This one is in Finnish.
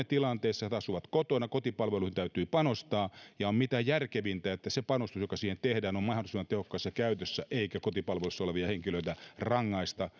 tilanteessa että he asuvat kotona niin kotipalveluun täytyy panostaa ja on mitä järkevintä että se panostus joka siihen tehdään on mahdollisimman tehokkaassa käytössä eikä kotipalvelussa olevia henkilöitä rangaista